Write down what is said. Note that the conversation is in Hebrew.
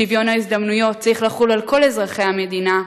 שוויון ההזדמנויות צריך לחול על כל אזרחי המדינה,